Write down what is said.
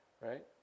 right